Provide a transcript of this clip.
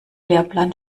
lehrplan